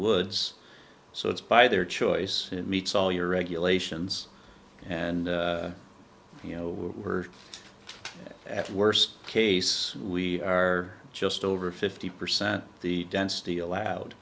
woods so it's by their choice and it meets all your regulations and you know we're at worst case we are just over fifty percent of the density allowed